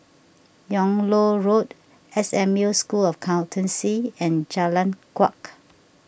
Yung Loh Road S M U School of Accountancy and Jalan Kuak